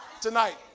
Tonight